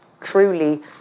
truly